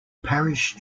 parish